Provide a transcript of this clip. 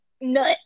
nut